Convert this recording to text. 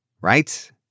Right